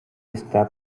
está